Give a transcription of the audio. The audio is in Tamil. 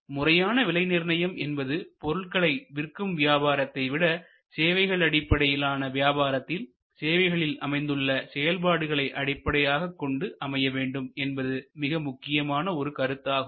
எனவே முறையான விலை நிர்ணயம் என்பது பொருள்களை விற்கும் வியாபாரத்தை விட சேவைகள் அடிப்படையிலான வியாபாரத்தில் சேவைகளில் அமைந்துள்ள செயல்பாடுகளை அடிப்படையாக கொண்டு அமைய வேண்டும் என்பது மிக முக்கியமான ஒரு கருத்தாகும்